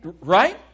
right